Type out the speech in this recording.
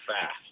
fast